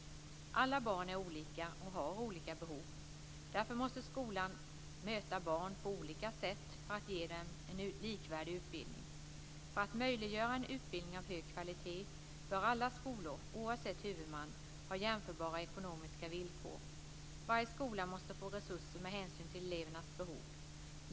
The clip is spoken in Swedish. Alla barn är olika och har olika behov. Därför måste skolan möta barn på olika sätt för att ge dem en likvärdig utbildning. För att möjliggöra en utbildning av hög kvalitet bör alla skolor, oavsett huvudman, ha jämförbara ekonomiska villkor. Varje skola måste få resurser med hänsyn till elevernas behov.